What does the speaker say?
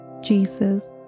Jesus